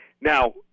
now